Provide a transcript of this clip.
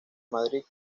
madrid